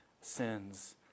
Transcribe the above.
sins